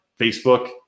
Facebook